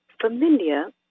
familiar